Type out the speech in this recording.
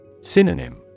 Synonym